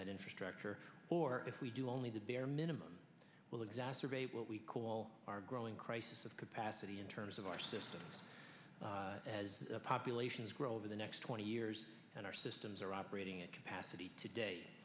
that infrastructure or if we do only the bare minimum will exacerbate what we call our growing crisis of capacity in terms of our system as populations grow over the next twenty years and our systems are operating at capacity today